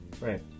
Right